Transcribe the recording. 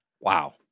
Wow